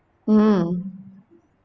mm